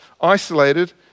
isolated